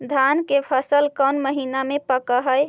धान के फसल कौन महिना मे पक हैं?